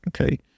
okay